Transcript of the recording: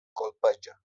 colpeja